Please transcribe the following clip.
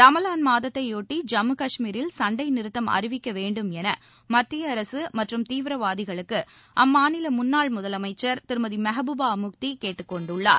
ரமலான் மாதத்தையொட்டி ஜம்மு கஷ்மீரில் சண்டை நிறுத்தம் அறிவிக்க வேண்டும் என மத்திய அரசு மற்றும் தீவிரவாதிகளுக்கு அம்மாநில முன்னாள் முதலமைச்சர் திருமதி மெஹ்பூபா முஃப்தி கேட்டுக் கொண்டுள்ளார்